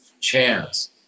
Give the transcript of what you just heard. chance